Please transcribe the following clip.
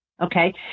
Okay